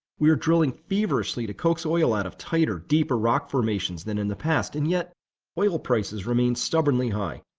we are drilling feverishly to coax oil out of tighter, deeper rock formations than in the past, and yet oil prices remain stubbornly high.